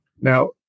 Now